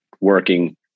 working